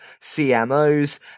CMOs